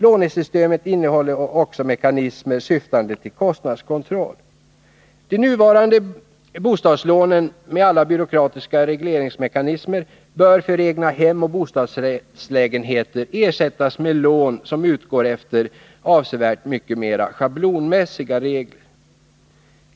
Lånesystemet innehåller också mekanismer syftande till kostnadskontroll. De nuvarande bostadslånen — med alla byråkratiska regleringsmekanismer — bör för egnahem och bostadsrättslägenheter ersättas med lån som utgår efter avsevärt mycket mera schablonmässiga regler.